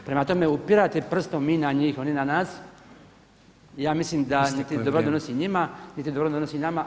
Prema tome, upirati prstom mi na njih, oni na nas mislim da [[Upadica predsjednik: Isteklo je vrijeme.]] dobro ne donosi njima, niti dobro donosi nama.